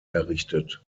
errichtet